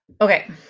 Okay